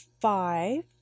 five